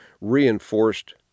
reinforced